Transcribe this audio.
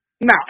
Now